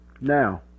now